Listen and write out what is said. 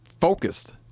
focused